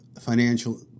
financial